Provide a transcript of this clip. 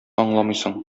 аңламыйсың